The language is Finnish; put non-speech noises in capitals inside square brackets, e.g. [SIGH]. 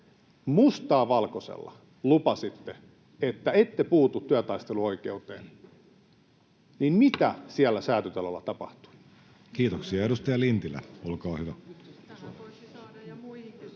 mustaa valkoisella lupasitte, että ette puutu työtaisteluoikeuteen: mitä [NOISE] siellä Säätytalolla tapahtui? Kiitoksia. — Edustaja Lintilä, olkaa hyvä.